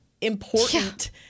important